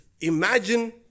Imagine